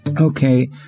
Okay